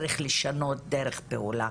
צריך לשנות דרך פעולה